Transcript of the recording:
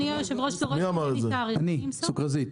אני סוכרזית.